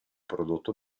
prodotto